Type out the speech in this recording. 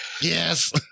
Yes